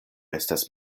estas